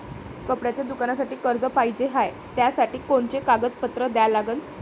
कपड्याच्या दुकानासाठी कर्ज पाहिजे हाय, त्यासाठी कोनचे कागदपत्र द्या लागन?